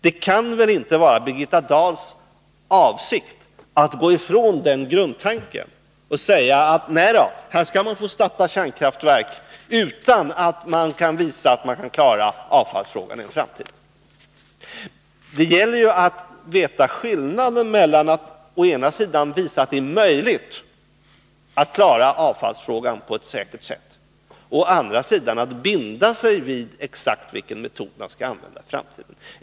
Det kan väl inte vara Birgitta Dahls avsikt att gå ifrån den grundtanken och säga: Nej, här skall man starta kärnkraftverk utan att man kan visa att man klarar avfallsfrågan i framtiden. Det är viktigt att se skillnaden mellan att å ena sidan visa att det är möjligt att klara avfallsfrågan på ett säkert sätt och att å andra sidan binda sig vid en viss metod som man skall använda i framtiden.